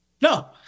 no